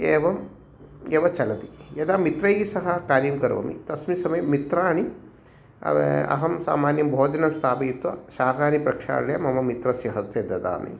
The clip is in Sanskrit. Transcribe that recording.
एवम् एव चलति यदा मित्रैः सह कार्यं करोमि तस्मिन् समये मित्राणि अहं सामन्यं भोजनं स्थापयित्वा शाकानि प्रक्षाल्य मम मित्रस्य हस्ते ददामि